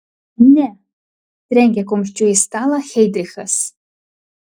ne trenkė kumščiu į stalą heidrichas